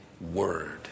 word